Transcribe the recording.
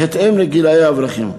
בהתאם לגיל האברכים.